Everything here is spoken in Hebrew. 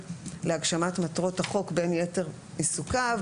להגשמת מטרות החוק בין יתר עיסוקיו,